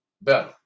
better